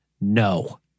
no